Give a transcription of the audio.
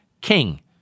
King